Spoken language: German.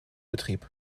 betrieb